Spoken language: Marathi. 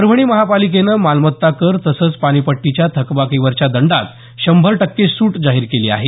परभणी महानगर पालिकेनं मालमत्ता कर तसंच पाणीपट्टीच्या थकबाकीवरच्या दंडात शंभर टक्के सूट जाहीर केली आहे